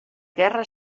guerra